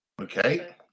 Okay